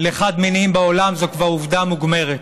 לחד-מיניים בעולם היא כבר עובדה מוגמרת.